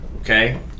okay